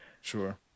Sure